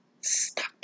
stop